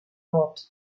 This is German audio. bord